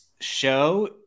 show